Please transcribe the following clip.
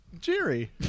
Jerry